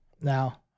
Now